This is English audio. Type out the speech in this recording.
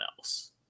else